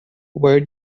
where